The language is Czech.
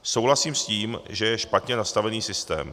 Souhlasím s tím, že je špatně nastavený systém.